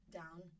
down